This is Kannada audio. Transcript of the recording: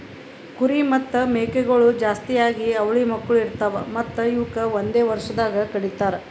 ಕುರಿ ಮತ್ತ್ ಮೇಕೆಗೊಳ್ ಜಾಸ್ತಿಯಾಗಿ ಅವಳಿ ಮಕ್ಕುಳ್ ಇರ್ತಾವ್ ಮತ್ತ್ ಇವುಕ್ ಒಂದೆ ವರ್ಷದಾಗ್ ಕಡಿತಾರ್